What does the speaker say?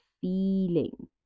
feeling